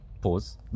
pause